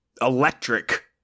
electric